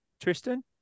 Tristan